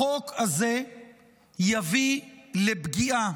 החוק הזה יביא לפגיעה